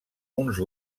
uns